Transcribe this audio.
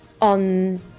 on